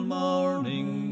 morning